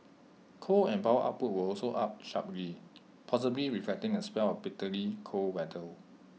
coal and power output were also up sharply possibly reflecting A spell of bitterly cold weather